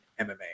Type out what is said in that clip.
MMA